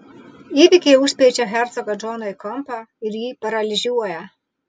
įvykiai užspeičia hercogą džoną į kampą ir jį paralyžiuoja